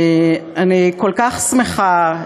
אני כל כך שמחה,